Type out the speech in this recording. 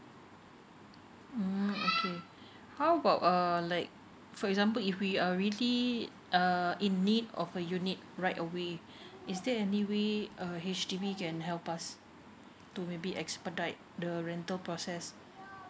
mm okay how about uh like for example if we are really err in need of a unit right away is there any way uh H_D_B can help us to maybe expedite the rental process